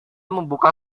membuka